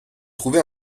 trouvé